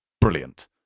brilliant